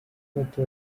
bato